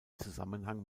zusammenhang